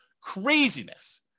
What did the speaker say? Craziness